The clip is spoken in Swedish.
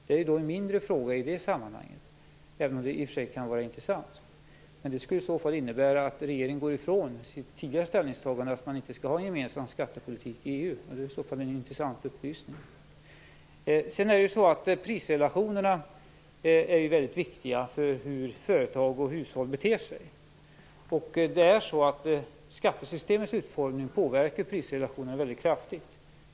Det är en mindre fråga i sammanhanget, även om den i och för sig kan vara intressant. Men det skulle i så fall innebära att regeringen går ifrån sitt tidigare ställningstagande att man inte skall ha gemensam skattepolitik inom EU - en intressant upplysning. Prisrelationerna är väldigt viktiga för hur företag och hushåll beter sig. Skattesystemets utformning påverkar prisrelationerna väldigt kraftigt.